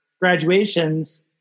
graduations